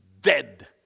dead